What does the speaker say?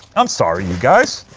i'm sorry you guys,